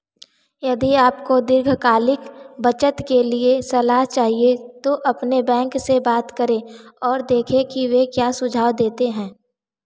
यदि आपको दीर्घकालिक बचत के लिए सलाह चाहिए तो अपने बैंक से बात करें और देखें कि वे क्या सुझाव देते हैं